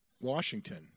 Washington